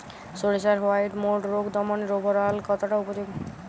সরিষার white mould রোগ দমনে রোভরাল কতটা উপযোগী?